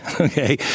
Okay